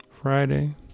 Friday